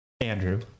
Andrew